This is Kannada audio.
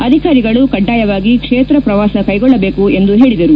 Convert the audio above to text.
ಅಧಿಕಾರಿಗಳು ಕಡ್ಡಾಯವಾಗಿ ಕ್ಷೇತ್ರ ಪ್ರವಾಸ ಕೈಗೊಳ್ಳಬೇಕು ಎಂದು ಹೇಳಿದರು